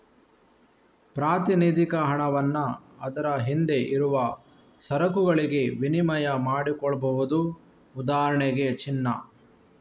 ಪ್ರಾತಿನಿಧಿಕ ಹಣವನ್ನ ಅದರ ಹಿಂದೆ ಇರುವ ಸರಕುಗಳಿಗೆ ವಿನಿಮಯ ಮಾಡಿಕೊಳ್ಬಹುದು ಉದಾಹರಣೆಗೆ ಚಿನ್ನ